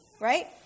Right